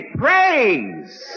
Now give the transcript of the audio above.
praise